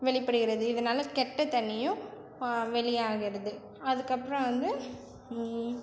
வெளிப்படுகிறது இதனால் கெட்டத்தண்ணியும் வெளியாகிறது அதுக்கப்புறம் வந்து